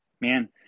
Man